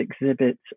exhibits